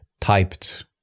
typed